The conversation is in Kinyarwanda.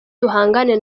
duhangane